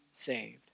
saved